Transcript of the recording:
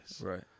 Right